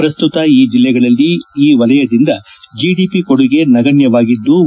ಪ್ರಸ್ತುತ ಈ ಜಿಲ್ಲೆಗಳಲ್ಲಿ ಈ ವಲಯದಿಂದ ಜಿಡಿಪಿ ಕೊಡುಗೆ ನಗಣ್ಣವಾಗಿದ್ಲು